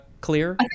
clear